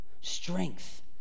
Strength